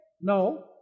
No